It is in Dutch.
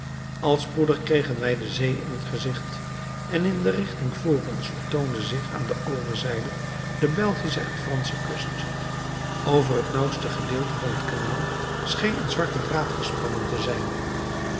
al spoedig kregen wij de zee in het gezicht en in de richting vr ons vertoonde zich aan de overzijde de belgische en fransche kust over het nauwste gedeelte van het kanaal scheen een zwarte draad gespannen te zijn